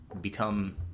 become